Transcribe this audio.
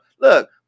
Look